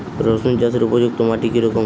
রুসুন চাষের উপযুক্ত মাটি কি রকম?